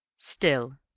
still,